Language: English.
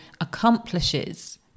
accomplishes